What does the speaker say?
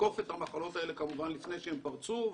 אז אתה תתקוף את המחלות האלה כמובן לפני שהם פרצו וכדומה.